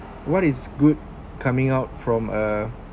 what is good coming out from a